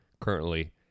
currently